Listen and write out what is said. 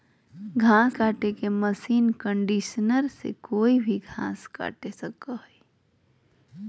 घास काटे के मशीन कंडीशनर से कोई भी घास कटे हइ